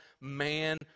man